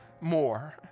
more